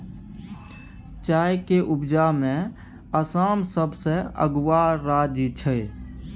चाय के उपजा में आसाम सबसे अगुआ राज्य छइ